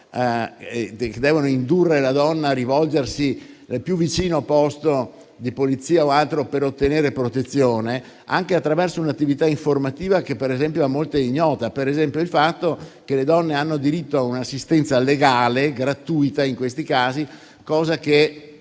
che devono indurre la donna a rivolgersi al più vicino posto di polizia o altro per ottenere protezione, anche attraverso un'attività informativa che, per esempio, a molti è ignota. Mi riferisco ad esempio al fatto che le donne hanno diritto a un'assistenza legale che, in questi casi, è